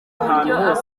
uburyo